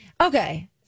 okay